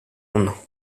uno